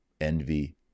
envy